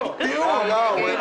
התקבלה.